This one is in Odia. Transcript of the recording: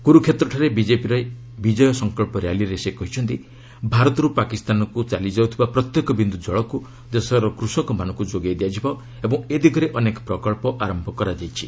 କୁରୁକ୍ଷେତ୍ରଠାରେ ବିଜେପିରେ ବିଜୟ ସଂକଳ୍ପ ର୍ୟାଲିରେ ସେ କହିଛନ୍ତି ଭାରତର୍ ପାକିସ୍ତାନକ୍ର ଚାଲି ଯାଉଥିବା ପ୍ରତ୍ୟେକ ବିନ୍ଦୁ ଜଳକୁ ଦେଶର କୃଷକମାନଙ୍କୁ ଯୋଗାଇ ଦିଆଯିବ ଓ ଏ ଦିଗରେ ଅନେକ ପ୍ରକଳ୍ପ ଆରମ୍ଭ କରାଯାଇଛି